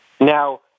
Now